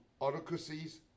autocracies